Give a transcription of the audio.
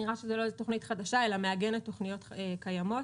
זאת לא תוכנית חדשה אלא היא מעגנת תוכניות קיימות.